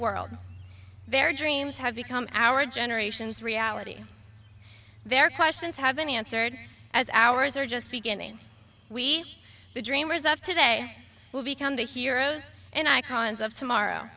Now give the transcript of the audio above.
world their dreams have become our generation's reality their questions have been answered as ours are just beginning we the dreamers of today will become the heroes and i cons of tomorrow